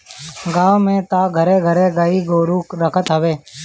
गांव में तअ घरे घरे गाई गोरु रखत हवे